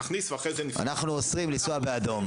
תכניס ואחרי זה --- אנחנו אוסרים לנסוע באדום,